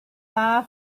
far